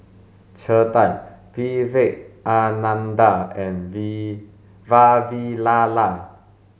Chetan Vivekananda and We Vavilala